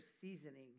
seasoning